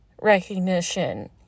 recognition